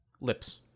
Lips